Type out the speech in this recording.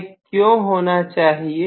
यह क्यों होना चाहिए